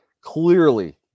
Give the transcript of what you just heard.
Clearly